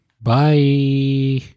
Bye